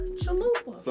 chalupa